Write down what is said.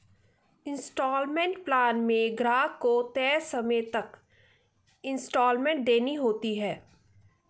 instalment plan में ग्राहक को तय समय तक इन्सटॉलमेंट देना होता है